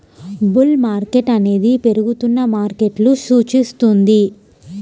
bull market అనేది పెరుగుతున్న మార్కెట్ను సూచిస్తుంది